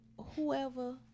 whoever